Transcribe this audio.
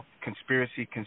conspiracy